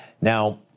Now